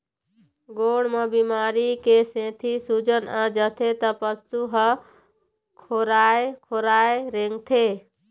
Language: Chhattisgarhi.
गोड़ म बेमारी के सेती सूजन आ जाथे त पशु ह खोराए खोराए रेंगथे